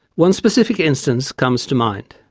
one specific instance comes to mind.